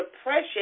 depression